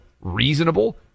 reasonable